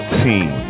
team